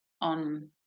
on